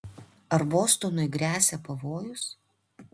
ar bostonui gresia pavojus